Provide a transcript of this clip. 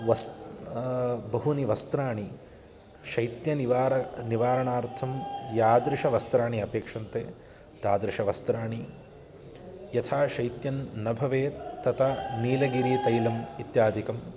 वस्तु बहूनि वस्त्राणि शैत्यनिवारणं निवारणार्थं यादृशवस्त्राणि अपेक्षन्ते तादृशवस्त्राणि यथा शैत्यं न भवेत् तथा नीलगिरितैलम् इत्यादिकं